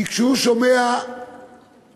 כי כשהוא שומע אחד,